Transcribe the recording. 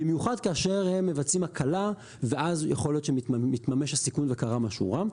במיוחד כאשר הם מבצעים הקלה ואז יכול להיות שמתממש הסיכון וקרה משהו רע.